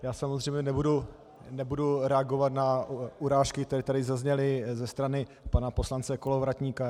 Já samozřejmě nebudu reagovat na urážky, které tady zazněly ze strany pana poslance Kolovratníka.